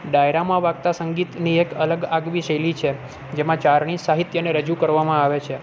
ડાયરામાં વાગતા સંગીતની એક અલગ આગવી શૈલી છે જેમાં ચારણી સાહિત્યને રજૂ કરવામાં આવે છે